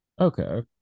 okay